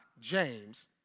James